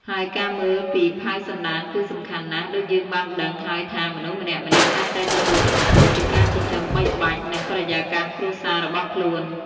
ហើយការមើលពីផៅសន្តានគឺសំខាន់ណាស់ ដូចយើងបានដឹងហើយថាមនុស្សម្នាក់ៗតែងតែទទួលឥទ្ធិពលពីការចិញ្ចឹមបីបាច់ និងបរិយាកាសគ្រួសាររបស់ខ្លួន។